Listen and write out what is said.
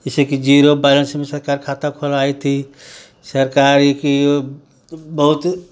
जैसे कि zero balancing में सरकार खाता खुलवाई थी सरकारी किओ बहुत